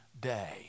day